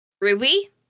Ruby